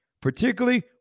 particularly